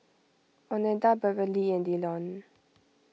oneida Beverly and Dillon